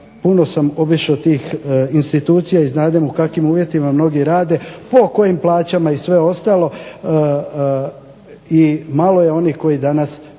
puno sam obišao tih institucija i znadem u kakim uvjetima mnogi rade po kojim plaćama i sve ostalo. I malo je onih koji danas